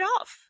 off